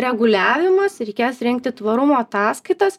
reguliavimas reikės rengti tvarumo ataskaitas